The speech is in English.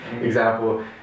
example